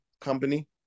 company